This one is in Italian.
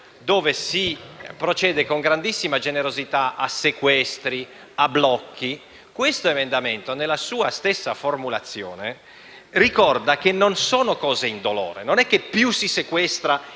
dove si procede con grandissima generosità a sequestri, a blocchi, questo emendamento, nella sua stessa formulazione, ricorda che non sono cose indolore. Non è che più si sequestra,